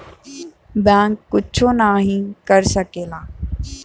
bank कुच्छो नाही कर सकेला